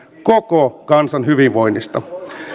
koko kansan hyvinvoinnista